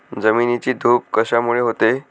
जमिनीची धूप कशामुळे होते?